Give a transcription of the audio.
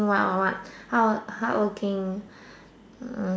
what what what hard hardworking hmm